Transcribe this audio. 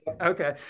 Okay